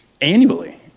annually